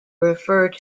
refer